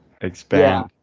expand